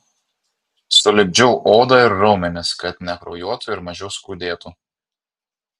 sulipdžiau odą ir raumenis kad nekraujuotų ir mažiau skaudėtų